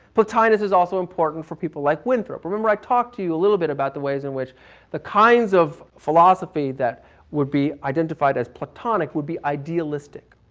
plotinus is also important for people like winthrop. remember i talked to you a little bit about the ways in which the kinds of philosophy that would be identified as platonic would be idealistic,